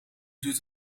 duurt